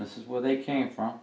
this is where they came from